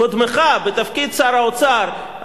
קודמך בתפקיד שר האוצר,